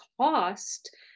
cost